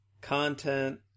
content